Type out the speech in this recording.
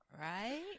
Right